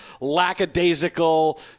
lackadaisical